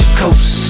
coast